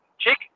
chick